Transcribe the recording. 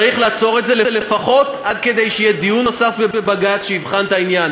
צריך לעצור את זה לפחות כדי שיהיה דיון נוסף בבג"ץ שיבחן את העניין,